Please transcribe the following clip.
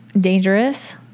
dangerous